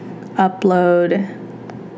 upload